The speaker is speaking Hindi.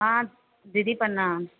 हाँ दीदी प्रणाम